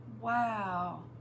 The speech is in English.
Wow